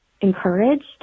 encouraged